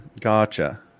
Gotcha